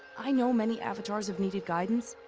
i know many avatars have needed guidance,